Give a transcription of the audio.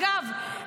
אגב,